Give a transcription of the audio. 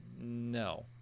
no